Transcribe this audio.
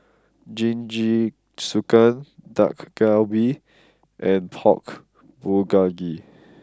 Jingisukan Dak Galbi and Pork Bulgogi